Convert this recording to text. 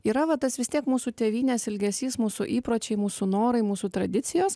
yra va tas vis tiek mūsų tėvynės ilgesys mūsų įpročiai mūsų norai mūsų tradicijos